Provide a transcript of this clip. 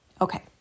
Okay